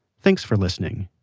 thanks for listening,